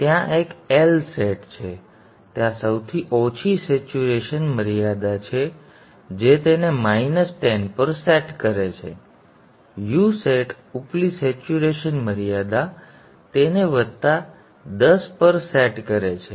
ત્યાં એક L set છે ત્યાં સૌથી ઓછી સેચ્યુરેશન મર્યાદા છે જે તેને માઇનસ 10 પર સેટ કરે છે U સેટ ઉપલી સેચ્યુરેશન મર્યાદા તેને વત્તા 10 પર સેટ કરે છે